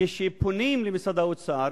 כשפונים אל משרד האוצר,